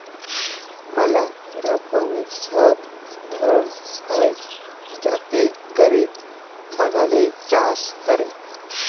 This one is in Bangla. ম্যালা রকমের সব ধরল হ্যয় যাতে ক্যরে বাগানে চাষ ক্যরে